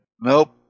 Nope